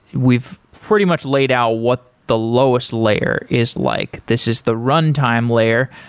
we've pretty much laid out what the lowest layer is like, this is the run time layer,